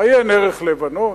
עיין ערך: לבנון,